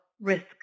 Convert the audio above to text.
risk